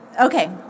Okay